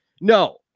No